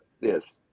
yes